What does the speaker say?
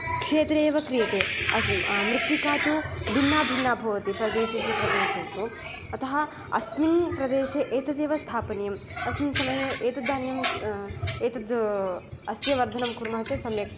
क्षेत्रे एव क्रियते मृत्तिका तु भिन्ना भिन्ना भवति प्रदेशेषु प्रदेशेषु अत अस्मिन् प्रदेशे एतदेव स्थापनीयम् अस्मिन् समये एतद्धान्यं एतत् अस्य वर्धनं कुर्म चेत् सम्यक्